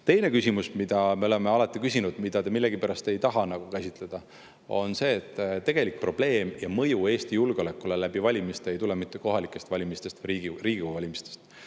Teine küsimus, mida me oleme alati küsinud, aga mida te millegipärast ei taha käsitleda, on see, et tegelik probleem ja mõju Eesti julgeolekule valimiste kaudu ei tule mitte kohalikest valimistest, vaid Riigikogu valimistest.